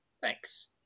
Thanks